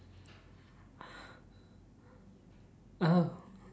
oh